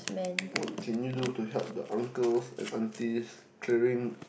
what can you do to help uncles and aunties clearing